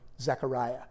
Zechariah